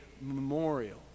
memorial